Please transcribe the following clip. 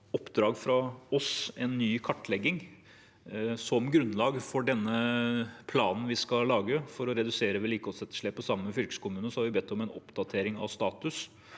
oppdrag fra oss vært gjort en ny kartlegging som grunnlag for den planen vi skal lage for å redusere vedlikeholdsetterslepet. Sammen med fylkeskommunene har vi bedt om en oppdatering av status,